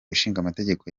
ishingamategeko